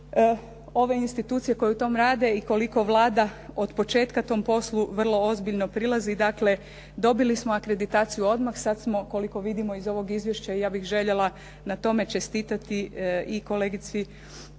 ove institucije koje u tom rade i koliko Vlada od početka tom poslu vrlo ozbiljno prilazi. Dakle, dobili smo akreditaciju odmah. Sad smo koliko vidimo iz ovog izvješća i ja bih željela na tome čestitati i kolegici